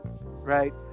right